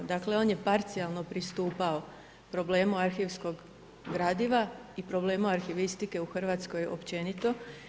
Dakle on je parcijalno pristupao problemu arhivskog gradiva i problemu arhivistike u Hrvatskoj općenito.